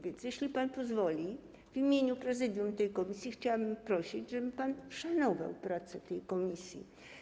Więc jeśli pan pozwoli, w imieniu prezydium tej komisji chciałabym prosić, żeby pan szanował pracę tej komisji.